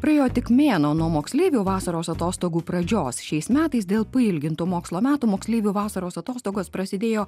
praėjo tik mėnuo nuo moksleivių vasaros atostogų pradžios šiais metais dėl pailgintų mokslo metų moksleivių vasaros atostogos prasidėjo